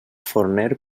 forner